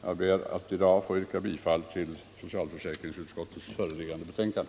Jag ber att i dag få yrka bifall till socialutskottets hemställan i föreliggande betänkande.